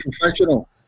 professional